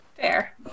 fair